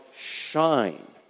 shine